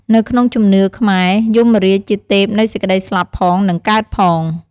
នៅក្នុងជំនឿខ្មែរ យមរាជជាទេពនៃសេចក្តីស្លាប់ផង និងកើតផង។